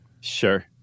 Sure